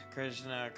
Krishna